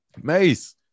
Mace